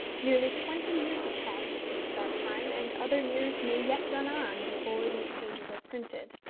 nearly twenty years have passed since that time, and other years may yet run on before these pages are printed.